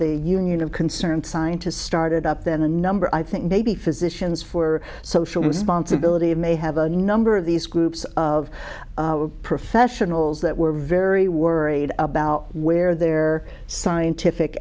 the union of concerned scientists started up then a number i think maybe physicians for social responsibility of may have a number of these groups of professionals that were very worried about where their scientific